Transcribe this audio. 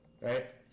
right